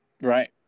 Right